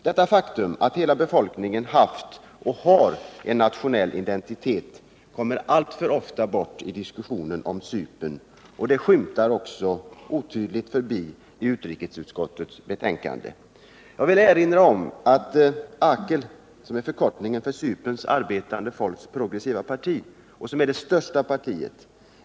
Detta faktum, att hela befolkningen haft och har en nationell identitet, kommer alltför ofta bort i diskussionen om Cypern, och det skymtar endast otydligt förbi i utrikesutskottets betänkande. Jag vill erinra om att AKEL, förkortning för Cyperns arbetande folks progressiva parti, är det största partiet.